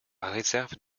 réserve